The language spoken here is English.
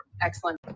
Excellent